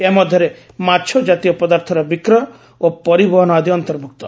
ଏହା ମଧ୍ୟରେ ମାଛ ଜାତୀୟ ପଦାର୍ଥର ବିକ୍ରୟ ଓ ପରିବହନ ଆଦି ଅନ୍ତର୍ଭୁକ୍ତ